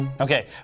Okay